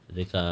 dekat